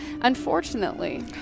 Unfortunately